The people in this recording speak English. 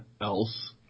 else